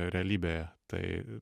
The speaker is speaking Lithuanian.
realybėje tai